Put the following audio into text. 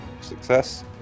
Success